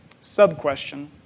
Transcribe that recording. Sub-question